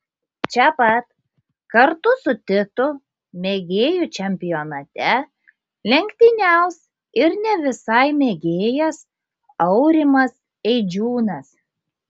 čia pat kartu su titu mėgėjų čempionate lenktyniaus ir ne visai mėgėjas aurimas eidžiūnas